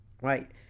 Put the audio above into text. Right